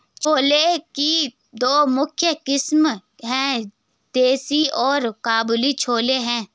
छोले की दो मुख्य किस्में है, देसी और काबुली छोले हैं